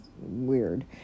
weird